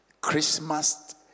Christmas